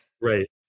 Right